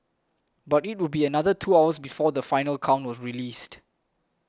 but it would be another two hours before the final count was released